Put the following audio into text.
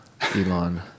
elon